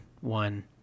one